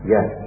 Yes